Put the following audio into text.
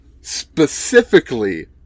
Specifically